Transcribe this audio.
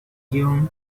guion